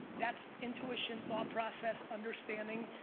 that's intuition, thought process, understanding,